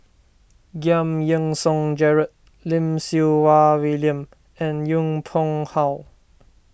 Giam Yean Song Gerald Lim Siew Wai William and Yong Pung How